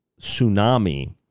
tsunami